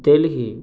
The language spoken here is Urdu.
دہلی